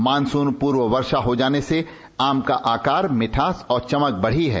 monsoon पूर्व वर्षा हो जाने से आम का आकार मिठास और चमक बढ़ी है